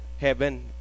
heaven